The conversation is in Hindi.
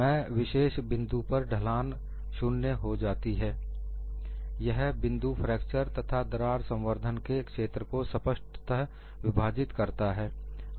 एक विशेष बिंदु पर ढलान शून्य हो जाती है यह बिंदु फ्रैक्चर तथा दरार संवर्धन के क्षेत्र को स्पष्टत विभाजित करता है